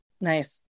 Nice